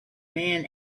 man